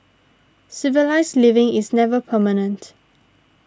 civilised living is never permanent